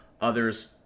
Others